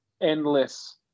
endless